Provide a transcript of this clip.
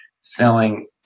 selling